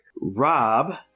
rob